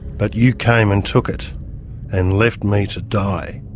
but you came and took it and left me to die.